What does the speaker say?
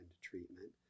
treatment